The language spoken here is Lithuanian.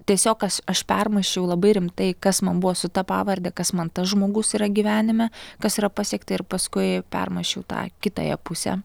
tiesiog kas aš permąsčiau labai rimtai kas man buvo su ta pavarde kas man tas žmogus yra gyvenime kas yra pasiekta ir paskui permąsčiau tą kitąją pusę